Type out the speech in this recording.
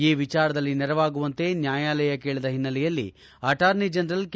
ಈ ವಿಚಾರದಲ್ಲಿ ನೆರವಾಗುವಂತೆ ನ್ನಾಯಾಲಯ ಕೇಳಿದ ಹಿನ್ನೆಲೆಯಲ್ಲಿ ಅಟಾರ್ನಿ ಜನರಲ್ ಕೆ